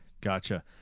Gotcha